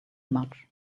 much